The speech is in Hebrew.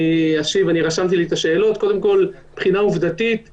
ואם יש כאן עובדות לא נכונות אז אולי תגלה לנו